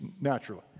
naturally